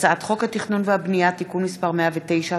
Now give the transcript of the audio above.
הצעת חוק התכנון והבנייה (תיקון מס' 109),